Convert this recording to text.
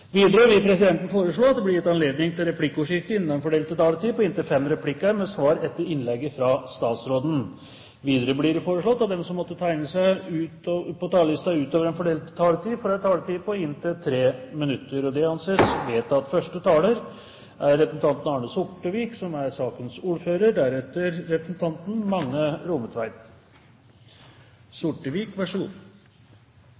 Videre vil presidenten foreslå at det blir gitt anledning til replikkordskifte på inntil fem replikker med svar etter innlegget fra statsråden innenfor den fordelte taletid. Videre blir det foreslått at de som måtte tegne seg på talerlisten utover den fordelte taletid, får en taletid på inntil 3 minutter. – Det anses vedtatt. Innstillingen i denne saken fremmes av et flertall i transportkomiteen, som